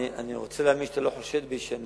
אני רוצה להאמין שאתה לא חושד בי שאני